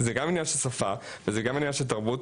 זה גם עניין של שפה וזה גם עניין של תרבות.